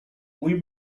mój